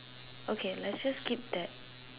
okay let's just keep that